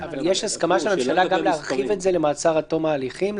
יש הסכמה של הממשלה גם להרחיב את זה למעצר עד תום ההליכים,